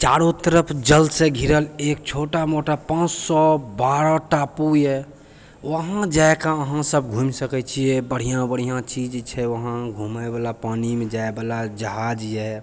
चारो तरफ जलसँ घिरल एक छोटा मोटा पाँच सए बारह टापू यऽ उहाँ जा कऽ अहाँ सभ घुमि सकै छियै बढ़आँ बढ़िआँ चीज छै उहाँ घुमैवला पानिमे जायवला जहाज यऽ